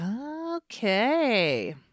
Okay